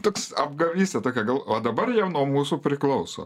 toks apgavystė tokia gal va dabar jau nuo mūsų priklauso